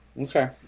Okay